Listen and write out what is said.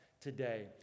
today